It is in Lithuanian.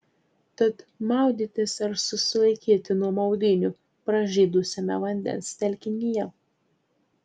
tad maudytis ar susilaikyti nuo maudynių pražydusiame vandens telkinyje